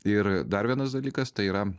ir dar vienas dalykas tai yra